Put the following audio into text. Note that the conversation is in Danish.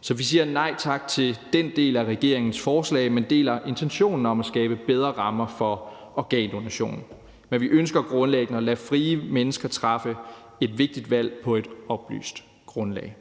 Så vi siger nej tak til den del af regeringens forslag, men deler intentionen om at skabe bedre rammer for organdonation. Men vi ønsker grundlæggende at lade frie mennesker træffe et vigtigt valg på et oplyst grundlag.